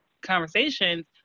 conversations